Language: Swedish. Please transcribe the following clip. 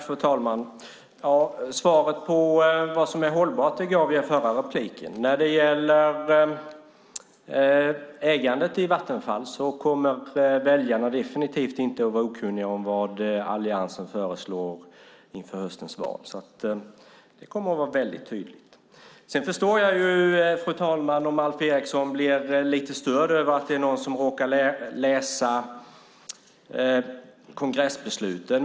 Fru talman! Svaret på vad som är hållbart gav jag i förra repliken. När det gäller ägandet i Vattenfall kommer väljarna definitivt inte att vara okunniga om vad Alliansen föreslår inför höstens val. Det kommer att vara väldigt tydligt. Jag förstår, fru talman, om Alf Eriksson blir lite störd över att någon råkar läsa kongressbesluten.